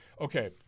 Okay